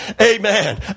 amen